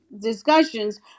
discussions